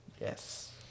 Yes